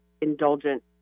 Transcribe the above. indulgent